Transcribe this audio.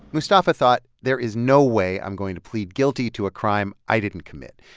mustafa thought, there is no way i'm going to plead guilty to a crime i didn't commit.